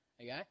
okay